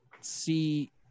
see